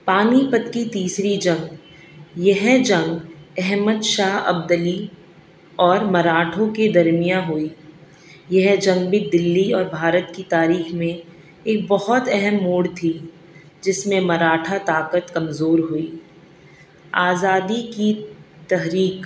پانی پت کی تیسری جنگ یہ جنگ احمد شاہ ابدالی اور مراٹھوں کی درمیان ہوئی یہ جنگ بھی دلی اور بھارت کی تاریخ میں ایک بہت اہم موڑ تھی جس میں مراٹھا طاقت کمزور ہوئی آزادی کی تحریک